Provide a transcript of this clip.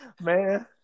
man